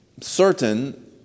certain